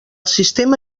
sistema